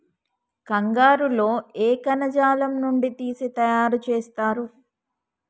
కంగారు లో ఏ కణజాలం నుండి తీసి తయారు చేస్తారు?